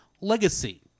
Legacy